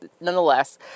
nonetheless